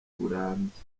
burambye